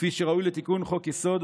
כפי שראוי לתיקון של חוק-יסוד,